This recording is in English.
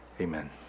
Amen